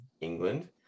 England